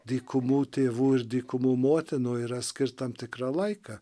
dykumų tėvų ir dykumų motinų yra skirt tam tikrą laiką